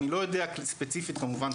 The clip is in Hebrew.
אני לא יודע ספציפית כמובן,